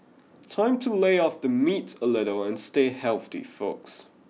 time to lay off the meat a little and stay healthy folks